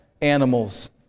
animals